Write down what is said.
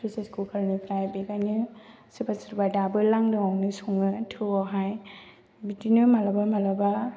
फ्रेसार खुखारनिफ्राय बेनिखायनो सोरबा सोरबा दाबो लांदांआवनो सङो थौआवहाय बिदिनो माब्लाबा माब्लाबा